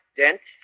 dent